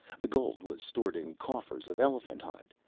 the gold was stored in coffers of elephant-hide,